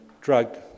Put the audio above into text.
drug